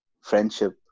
friendship